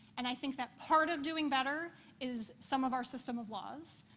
and i think that part of doing better is some of our system of laws.